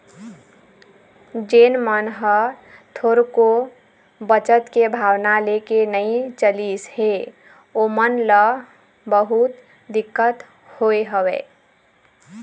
जेन मन ह थोरको बचत के भावना लेके नइ चलिस हे ओमन ल बहुत दिक्कत होय हवय